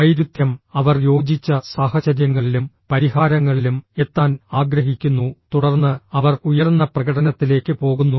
വൈരുദ്ധ്യം അവർ യോജിച്ച സാഹചര്യങ്ങളിലും പരിഹാരങ്ങളിലും എത്താൻ ആഗ്രഹിക്കുന്നു തുടർന്ന് അവർ ഉയർന്ന പ്രകടനത്തിലേക്ക് പോകുന്നു